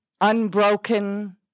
unbroken